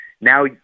now